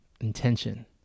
Intention